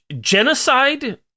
genocide